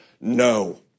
no